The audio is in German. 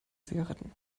zigaretten